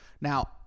Now